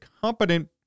competent